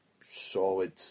solid